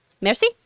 Merci